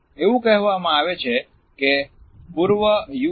એવું કહેવામાં આવે છે કે પૂર્વ યુ